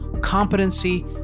competency